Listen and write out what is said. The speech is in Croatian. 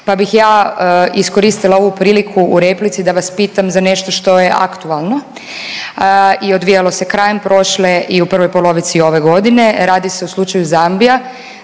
pa bih ja iskoristila ovu priliku u replici da vas pitam za nešto što je aktualno i odvijalo se krajem prošle i u prvoj polovici ove godine. Radi se o slučaju Zambija.